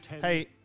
Hey